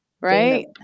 Right